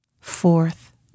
fourth